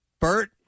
Bert